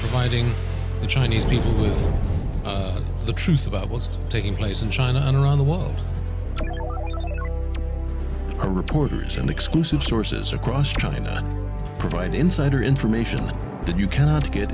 fighting the chinese people is the truth about what's taking place in china and around the world are reporters and exclusive sources across china provide insider information that you cannot get